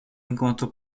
enquanto